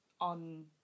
on